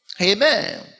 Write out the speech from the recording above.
Amen